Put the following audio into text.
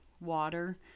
water